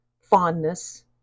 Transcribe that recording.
fondness